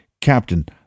Captain